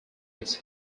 its